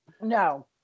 No